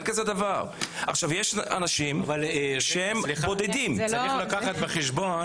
יש אנשים שהם בודדים --- צריך לקחת בחשבון